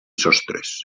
sostres